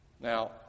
Now